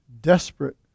desperate